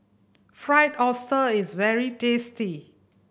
Fried Oyster is very tasty